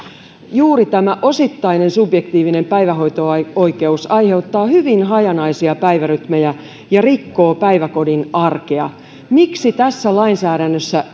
juuri tämä osittainen subjektiivinen päivähoito oikeus aiheuttaa hyvin hajanaisia päivärytmejä ja rikkoo päiväkodin arkea miksi tässä lainsäädännössä